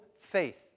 faith